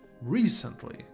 recently